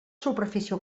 superfície